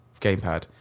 gamepad